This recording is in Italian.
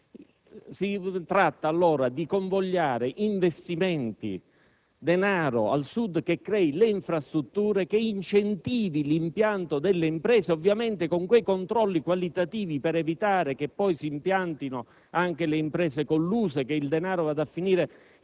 Si tratta allora di convogliare al Sud investimenti, denaro che crei le infrastrutture e che incentivi l'impianto delle imprese, ovviamente con quei controlli qualitativi per evitare che poi si impiantino anche le imprese colluse e che il denaro finisca nelle